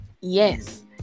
Yes